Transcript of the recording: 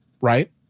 right